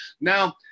now